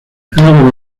luego